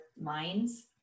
minds